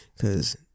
Cause